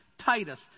Titus